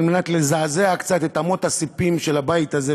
כדי לזעזע קצת את אמות הספים של הבית הזה,